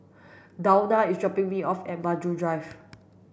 Dawna is dropping me off at Maju Drive